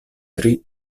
tri